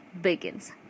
begins